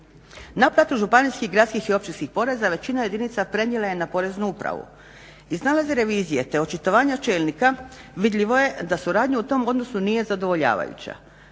Naplatu županijskih, gradskih i općinskih poreza većina jedinica prenijela je na Poreznu upravu. Iz nalaza revizije, te očitovanja čelnika vidljivo je da suradnja u tom odnosu nije zadovoljavajuća.